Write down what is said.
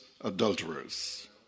adulterers